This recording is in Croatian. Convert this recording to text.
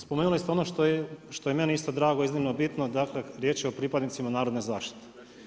Spomenuli ste ono što je meni isto drago, iznimno bitno, dakle riječ je o pripadnicima narodne zaštite.